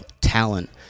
talent